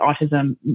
autism